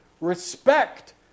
respect